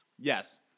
Yes